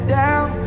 down